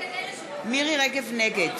נגד